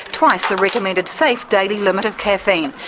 twice the recommended safe daily limit of caffeine.